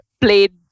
played